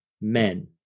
men